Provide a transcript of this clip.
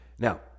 Now